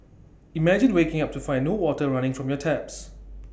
imagine waking up to find no water running from your taps